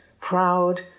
proud